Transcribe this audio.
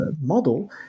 model